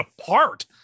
apart